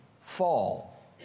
Fall